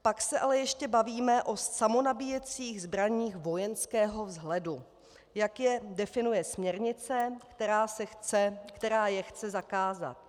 Pak se ale ještě bavíme o samonabíjecích zbraních vojenského vzhledu, jak je definuje směrnice, která je chce zakázat.